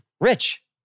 Rich